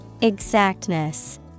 Exactness